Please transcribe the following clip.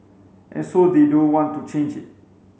and so they don't want to change it